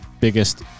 biggest